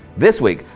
this week,